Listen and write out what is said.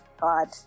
god